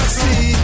see